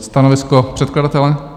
Stanovisko předkladatele?